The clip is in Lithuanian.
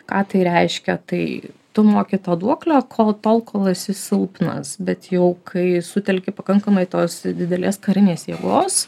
ką tai reiškia tai tu moki tą duoklę kol tol kol esi silpnas bet jau kai sutelki pakankamai tos didelės karinės jėgos